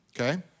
Okay